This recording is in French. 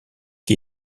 qui